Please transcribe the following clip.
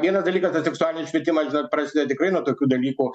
vienas dalykas kad seksualinis švietimas dar prasideda tikrai nuo tokių dalykų